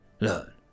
learn